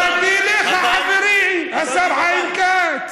באתי אליך, אז, חברי השר חיים כץ.